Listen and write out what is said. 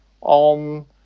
on